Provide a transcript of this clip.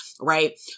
right